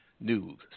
news